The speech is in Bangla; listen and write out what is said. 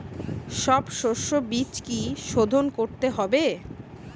সব শষ্যবীজ কি সোধন করতে হবে?